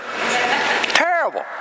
Terrible